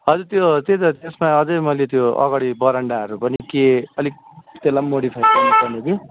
हजुर त्यो त्यही त त्यसमा अझै मैले त्यो अगाडि बरन्डाहरू पनि के अलिक त्यसलाई पनि मोडिफाई गर्नुपर्ने थियो